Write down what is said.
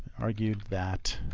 argued that